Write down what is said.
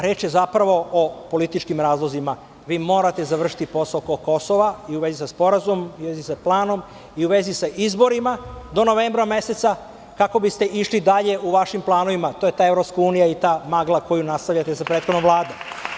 Reč je o političkim razlozima, jer vi morate završiti posao oko Kosova i u vezi sa sporazumom i planom i u vezi sa izborima do novembra meseca, kako biste išli dalje u vašim planovima i to je ta EU i magla koju nastavljate sa prethodnom Vladom.